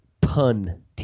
pun